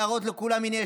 להראות לכולם: הינה,